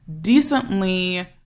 decently